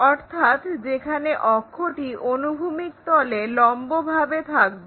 অর্থাৎ যেখানে অক্ষটি অনুভূমিক তলে লম্বভাবে থাকবে